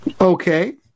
Okay